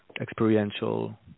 experiential